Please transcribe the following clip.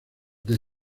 the